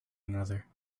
another